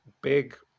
big